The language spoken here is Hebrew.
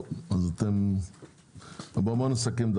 בוא נסכם.